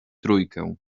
trójkę